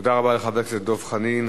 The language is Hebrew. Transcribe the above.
תודה רבה לחבר הכנסת דב חנין.